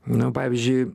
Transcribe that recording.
nu pavyzdžiui